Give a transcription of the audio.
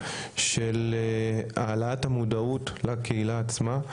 של העלאת המודעות לקהילה עצמה.